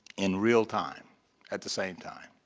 in real time at the same time.